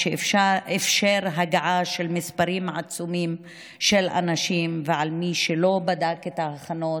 שאפשר הגעה של מספרים עצומים של אנשים ועל מי שלא בדק את ההכנות,